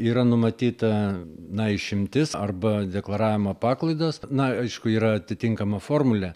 yra numatyta na išimtis arba deklaravimo paklaidos na aišku yra atitinkama formulė